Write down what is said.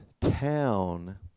town